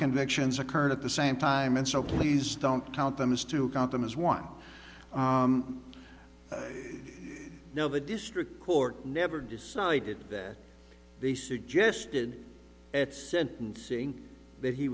convictions occurred at the same time and so please don't count them as to count them as one no the district court never decided that they suggested at sentencing that he